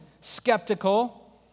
skeptical